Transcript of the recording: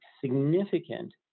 significant